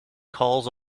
calls